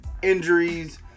injuries